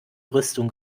rüstung